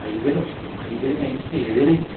I S എല്ലോ I S L കഴിഞ്ഞദിവസം ഏത് കളിയാണ്